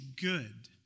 good